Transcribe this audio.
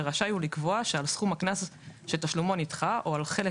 ורשאי הוא לקבוע שעל סכום הקנס שתשלומו נדחה או על חלק